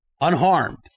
unharmed